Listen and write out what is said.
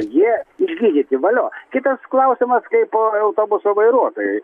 jie išgydyti valio kitas klausimas kaip autobuso vairuotojui